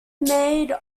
made